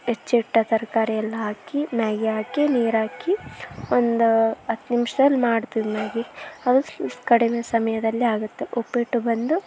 ಹೆಚ್ಚಿಟ್ಟ ತರಕಾರಿಯೆಲ್ಲ ಹಾಕಿ ಮ್ಯಾಗಿ ಹಾಕಿ ನೀರು ಹಾಕಿ ಒಂದು ಹತ್ತು ನಿಮ್ಷ್ದಲ್ಲಿ ಮಾಡ್ತೀವಿ ಮ್ಯಾಗಿ ಅದು ಕಡಿಮೆ ಸಮಯದಲ್ಲಿ ಆಗುತ್ತೆ ಉಪ್ಪಿಟ್ಟು ಬಂದು